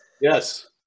Yes